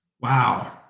Wow